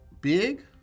big